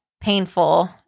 painful